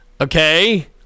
Okay